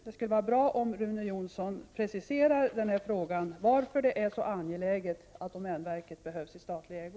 Det skulle vara bra om Rune Jonsson preciserade varför det är så angeläget att domänverket är i statlig ägo.